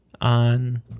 on